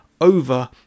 over